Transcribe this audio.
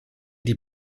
die